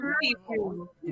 people